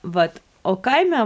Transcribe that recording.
vat o kaime